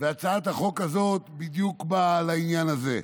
והצעת החוק הזאת בדיוק באה לעניין הזה.